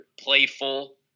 playful